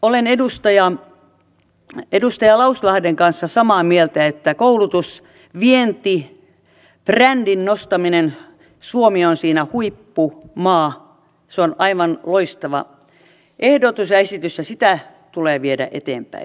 olen edustaja lauslahden kanssa samaa mieltä että koulutusvientibrändin nostaminen suomi on siinä huippumaa on aivan loistava ehdotus ja esitys ja sitä tulee viedä eteenpäin